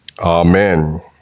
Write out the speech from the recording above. Amen